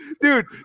dude